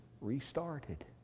restarted